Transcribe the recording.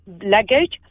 luggage